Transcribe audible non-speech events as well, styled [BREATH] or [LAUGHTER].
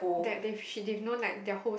who [BREATH]